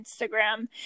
Instagram